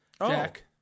jack